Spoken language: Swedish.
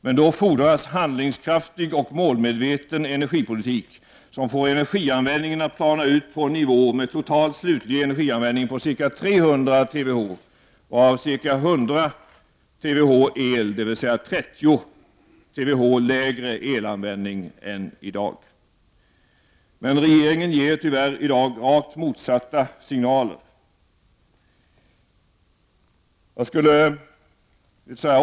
Men då fordras handlingskraftig och målmedveten energipolitik, som får energianvändningen att plana ut på en nivå med total slutlig energianvändning på ca 300 TWh, varav ca 100 TWh el — dvs. ca 30 TWh lägre elanvändning än i dag. Men regeringen ger i dag tyvärr rakt motsatta signaler.